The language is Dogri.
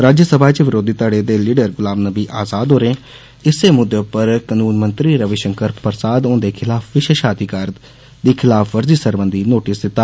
राज्यसभा च विरोधी धड़े दे लीडर गुलाम नबी आज़ाद होरें इस्सै मुद्दे पर कनूनमंत्री रवि पंकर प्रसाद होन्दे खलाु विषेशाधकार दी खलाफवर्जी सरबंधी नोटिस दिता